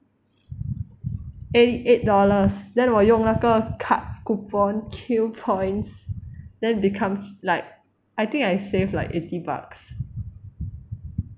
eighty eight dollars then 我用那个 cart coupon Q points then becomes like I think I save like eighty bucks